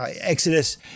Exodus